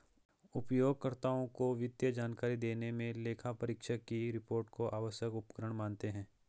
उपयोगकर्ताओं को वित्तीय जानकारी देने मे लेखापरीक्षक की रिपोर्ट को आवश्यक उपकरण मानते हैं